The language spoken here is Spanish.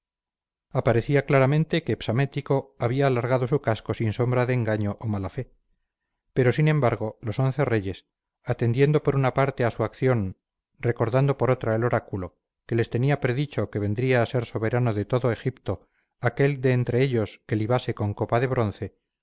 aparecía claramente que psamético había alargado su casco sin sombra de engaño o mala fe pero sin embargo los once reyes atendiendo por una parte a su acción recordando por otra el oráculo que les tenía predicho que vendría a ser soberano de todo egipto aquel de entre ellos que libase con copa de bronce